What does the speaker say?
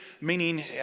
meaning